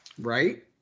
right